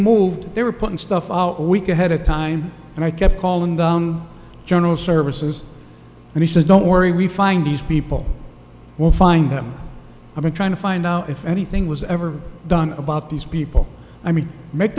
moved they were putting stuff all week ahead of time and i kept calling the general services and he says don't worry we find these people will find them i'm trying to find out if anything was ever done about these people i mean make